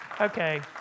Okay